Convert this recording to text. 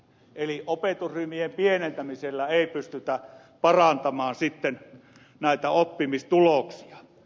eli opetusryhmien pienentämisellä ei pystytä parantamaan sitten näitä oppimistuloksia